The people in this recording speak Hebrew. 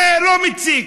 זה לא מציק,